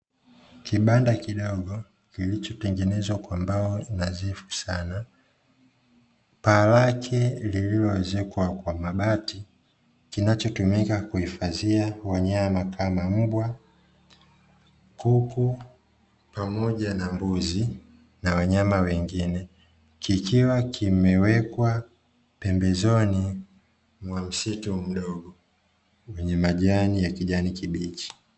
Kibanda kidogo kilichotengenezwa kwa mbao nadhifu sana, paa lake lililoezekwa kwa mabati. Kinachotumika kuhifadhia wanyama kama: mbwa, kuku pamoja na mbuzi, na wanyama wengine. kikiwa kimewekwa pembezoni mwa msitu mdogo wenye majani ya kijani kibichi.